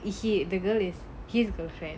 he the girl is his girlfriend